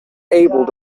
able